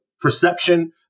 perception